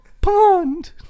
pond